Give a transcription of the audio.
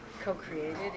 co-created